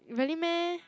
really meh